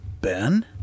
Ben